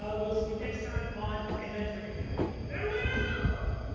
ah we'll see you next time on adventuring academy, farewell!